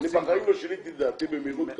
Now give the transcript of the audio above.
-- אני בחיים לא שיניתי את דעתי במהירות כזאת.